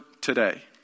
today